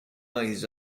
his